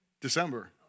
December